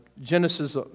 Genesis